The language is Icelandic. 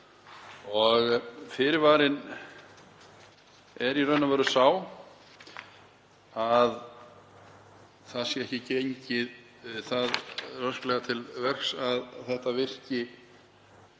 og fyrirvarinn er í raun og veru sá að ekki sé gengið svo rösklega til verks að þetta virki